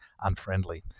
unfriendly